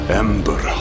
ember